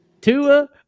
Tua